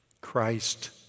Christ